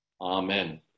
Amen